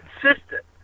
consistent